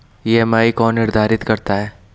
EMI कौन निर्धारित करता है?